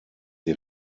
die